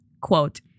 quote